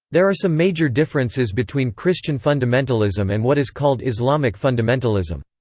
there are some major differences between christian fundamentalism and what is called islamic fundamentalism.